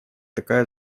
такая